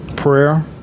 Prayer